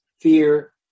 fear